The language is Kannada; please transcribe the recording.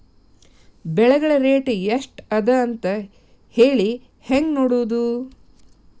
ಬೆಳೆಗಳ ರೇಟ್ ಎಷ್ಟ ಅದ ಅಂತ ಹೇಳಿ ಹೆಂಗ್ ನೋಡುವುದು?